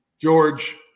George